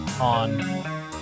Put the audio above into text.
on